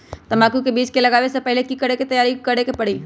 तंबाकू के बीज के लगाबे से पहिले के की तैयारी करे के परी?